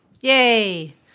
Yay